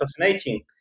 fascinating